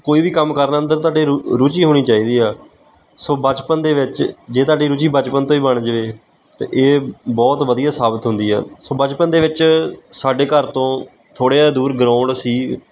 ਕੋਈ ਵੀ ਕੰਮ ਕਰਨਾ ਅੰਦਰ ਤੁਹਾਡੇ ਰੁ ਰੁਚੀ ਹੋਣੀ ਚਾਹੀਦੀ ਆ ਸੋ ਬਚਪਨ ਦੇ ਵਿੱਚ ਜੇ ਤੁਹਾਡੀ ਰੁਚੀ ਬਚਪਨ ਤੋਂ ਹੀ ਬਣ ਜਾਵੇ ਤਾਂ ਇਹ ਬਹੁਤ ਵਧੀਆ ਸਾਬਤ ਹੁੰਦੀ ਆ ਸੋ ਬਚਪਨ ਦੇ ਵਿੱਚ ਸਾਡੇ ਘਰ ਤੋਂ ਥੋੜ੍ਹਾ ਜਿਹਾ ਦੂਰ ਗਰਾਊਂਡ ਸੀ